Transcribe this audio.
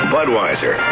Budweiser